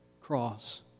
Cross